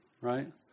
right